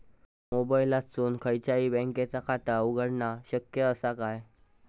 मोबाईलातसून खयच्याई बँकेचा खाता उघडणा शक्य असा काय?